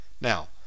Now